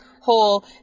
whole